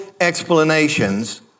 explanations